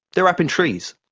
they're up in trees.